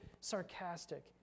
sarcastic